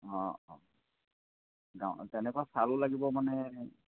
অঁ অঁ গাঁৱত তেনেকুৱা শ্বালো লাগিব মানে